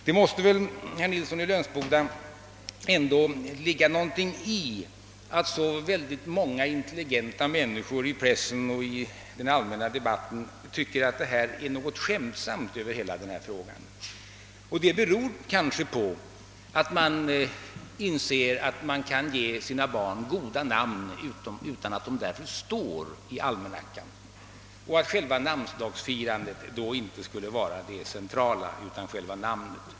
Det måste väl, herr Nilsson i Löns boda, ändå ligga någonting i att så många intelligenta människor, i pressen och i den allmänna debatten, tycker att det är något skämtsamt över hela denna fråga. Det beror kanske på att man inser att man kan ge sina barn goda namn utan att namnen står i almanackan och att själva namnsdagsfirandet då inte skulle vara det centrala utan namnet som sådant.